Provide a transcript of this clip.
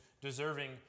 deserving